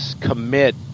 commit